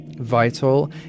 Vital